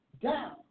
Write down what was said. down